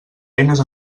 eines